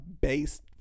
based